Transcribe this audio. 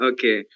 Okay